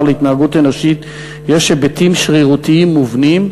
להתנהגות אנושית יש היבטים שרירותיים מובנים,